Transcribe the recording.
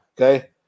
okay